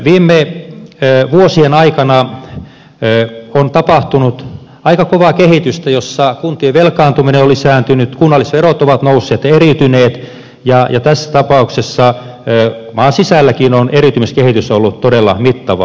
viime vuosien aikana on tapahtunut aika kovaa kehitystä jossa kuntien velkaantuminen on lisääntynyt kunnallisverot ovat nousseet ja eriytyneet ja tässä tapauksessa maan sisälläkin on eriytymiskehitys ollut todella mittavaa